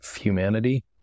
humanity